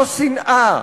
לא שנאה,